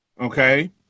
okay